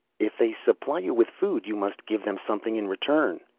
if they supply you with food, you must give them something in return?